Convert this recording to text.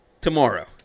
tomorrow